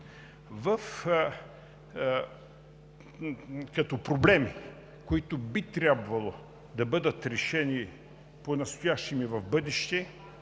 Като проблеми, които би трябвало да бъдат решени понастоящем и в бъдеще,